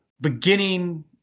beginning